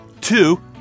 Two